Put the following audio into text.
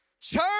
church